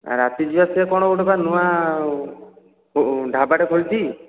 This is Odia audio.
ରାତି ଯିବା ସେ କ'ଣ ଗୋଟିଏ ପରା ନୂଆ ଢାବାଟେ ଖୋଲିଛି